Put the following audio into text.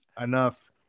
enough